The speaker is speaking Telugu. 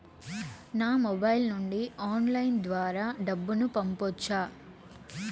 నా మొబైల్ నుండి ఆన్లైన్ ద్వారా డబ్బును పంపొచ్చా